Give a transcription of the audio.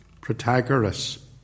Protagoras